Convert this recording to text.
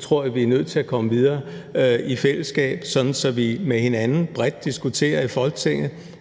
tror jeg, vi er nødt til at komme videre i fællesskab, sådan så vi med hinanden bredt i Folketinget